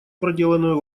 проделанную